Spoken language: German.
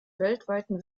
weltweiten